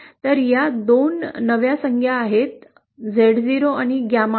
तर या 2 नव्या संज्ञा आहेत ज्या Z0 आणि गॅमा आहेत